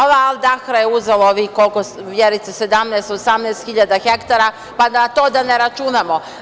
Ova „Al Dahra“ je uzela ovih, koliko Vjericem 17.000, 18.000 hektara, pa da na to ne računamo?